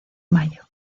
mayo